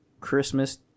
Christmas